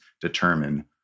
determine